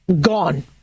gone